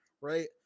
right